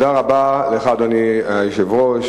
אדוני היושב-ראש,